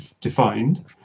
defined